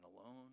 alone